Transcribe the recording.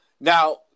now